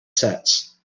sets